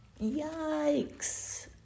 Yikes